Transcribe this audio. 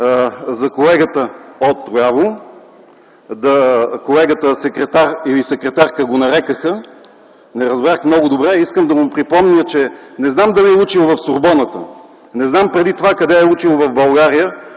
за колегата отляво – колегата, секретар или секретарка го нарекоха, не разбрах много добре. Искам да му припомня нещо. Не знам дали е учил в Сорбоната. Не знам преди това къде е учил в България,